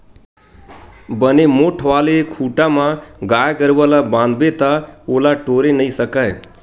बने मोठ्ठ वाले खूटा म गाय गरुवा ल बांधबे ता ओला टोरे नइ सकय